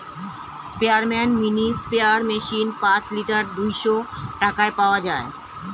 স্পেয়ারম্যান mini sprayer machine পাঁচ litre দুইশো টাকায় পাওয়া যায়